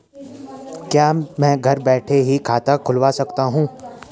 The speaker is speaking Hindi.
क्या मैं घर बैठे ही खाता खुलवा सकता हूँ?